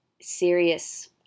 serious